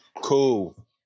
Cool